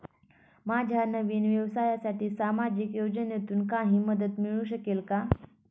माझ्या नवीन व्यवसायासाठी सामाजिक योजनेतून काही मदत मिळू शकेल का?